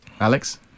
Alex